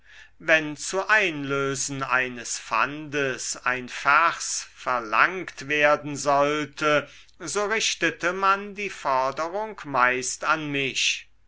wenn zu einlösung eines pfandes ein vers verlangt werden sollte so richtete man die forderung meist an mich